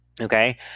okay